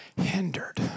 hindered